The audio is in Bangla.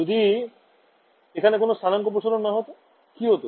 যদি এখানে কোন স্থানাঙ্ক প্রসারণ না হয় কি হত